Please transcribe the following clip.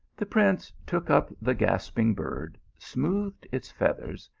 the prince took up the gasping bird, smoothed its feathers,